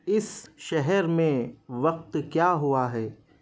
اس شہر میں وقت کیا ہوا ہے